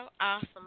awesome